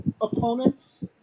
opponents